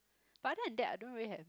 but other than that I don't really have